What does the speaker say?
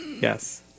Yes